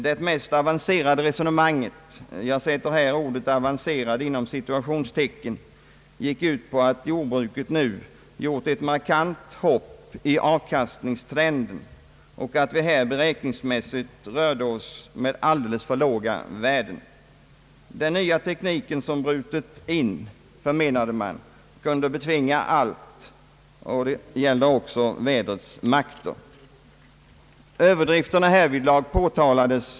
Det mest »avancerade» resonemanget gick ut på att Jordbrukets avkastningstrend nu gjort ett markant hopp och att vi här beräkningsmässigt rörde oss med alldeles för låga värden. Man förmenade att den nya tekniken som brutit in kunde betvinga allt, också vädrets makter.